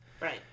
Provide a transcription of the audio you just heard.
right